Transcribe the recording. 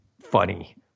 funny